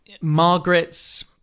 Margaret's